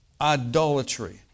idolatry